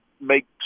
make